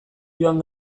joan